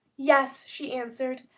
yes, she answered.